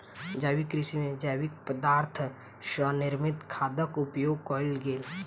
जैविक कृषि में जैविक पदार्थ सॅ निर्मित खादक उपयोग कयल गेल